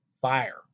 fire